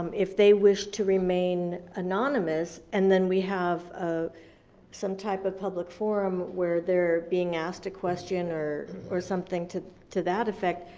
if they wish to remain anonymous, and then we have ah some type of public forum where they're being asked a question, or or something to to that effect,